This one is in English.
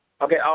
Okay